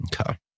Okay